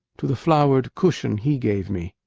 to the flowered cushion he gave me.